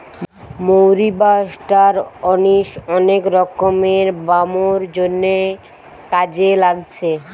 মৌরি বা star anise অনেক রকমের ব্যামোর জন্যে কাজে লাগছে